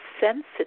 sensitive